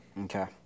okay